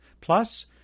Plus